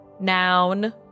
Noun